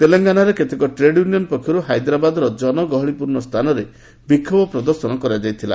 ତେଲେଙ୍ଗାନାରେ କେତେକ trade union ପକ୍ଷରୁ ହାଇଦ୍ରାବାଦ୍ର ଜନଗହଳିପୂର୍ଣ୍ଣ ସ୍ଥାନରେ ବିକ୍ଷୋଭ ପ୍ରଦର୍ଶନ କରାଯାଇଥିଲା